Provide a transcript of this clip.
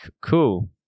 Cool